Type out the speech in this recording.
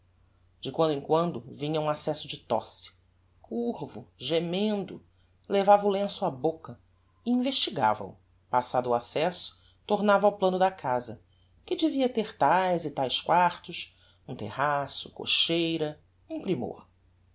de quando em quando vinha um accesso de tosse curvo gemendo levava o lenço á boca e investigava o passado o accesso tornava ao plano da casa que devia ter taes e taes quartos um terraço cocheira um primor